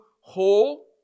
whole